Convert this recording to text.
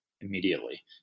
immediately